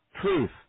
truth